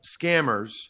scammers